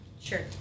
Sure